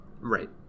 Right